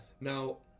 Now